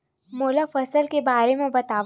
मोला फसल के बारे म बतावव?